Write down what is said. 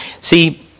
See